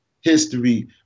history